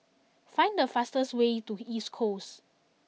find the fastest way to East Coast